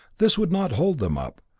this would not hold them up,